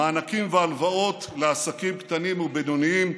מענקים והלוואות לעסקים קטנים ובינוניים,